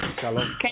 Shalom